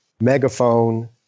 megaphone